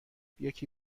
یکی